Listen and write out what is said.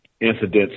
incidents